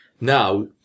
Now